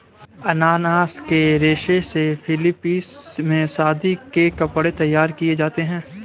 अनानास के रेशे से फिलीपींस में शादी के कपड़े तैयार किए जाते हैं